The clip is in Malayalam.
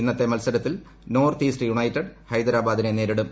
ഇന്നത്തെ മത്സരത്തിൽ നോർത്ത് ഈസ്റ്റ് യുണൈറ്റഡ് ഹൈദരാബാദിനെ നേരിടും